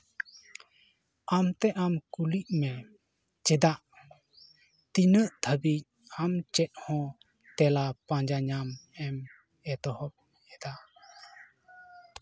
ᱟᱢᱛᱮ ᱟᱢ ᱠᱩᱞᱤᱜ ᱢᱮ ᱪᱮᱫᱟᱜ ᱛᱤᱱᱟᱹᱜ ᱫᱷᱟᱹᱵᱤᱡ ᱟᱢ ᱪᱮᱫ ᱦᱚᱸ ᱛᱮᱞᱟ ᱯᱟᱸᱡᱟ ᱧᱟᱢ ᱮᱢ ᱮᱛᱦᱚᱵ ᱮᱫᱟ